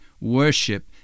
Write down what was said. worship